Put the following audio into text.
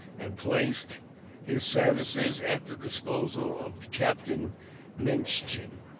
and placed his services at the disposal of captain minchin.